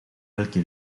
welke